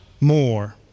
more